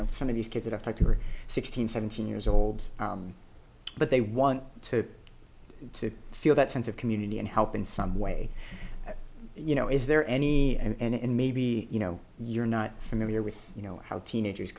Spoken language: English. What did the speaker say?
know some of these kids that i've talked to are sixteen seventeen years old but they want to feel that sense of community and help in some way you know is there any and maybe you know you're not familiar with you know how teenagers